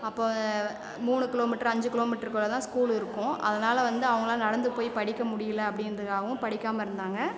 அப்போ மூணு கிலோமீட்டர் அஞ்சு கிலோ மீட்டருக்குள்ள தான் ஸ்கூல் இருக்கும் அதனால் வந்து அவங்கள்லாம் நடந்து போய் படிக்க முடியல அப்படின்றதுக்காகவும் படிக்காமல் இருந்தாங்க